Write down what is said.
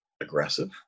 aggressive